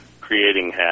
creating